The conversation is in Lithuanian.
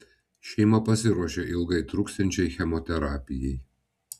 šeima pasiruošė ilgai truksiančiai chemoterapijai